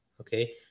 okay